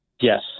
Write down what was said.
Yes